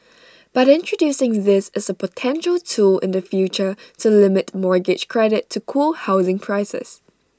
but introducing this is A potential tool in the future to limit mortgage credit to cool housing prices